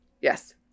yes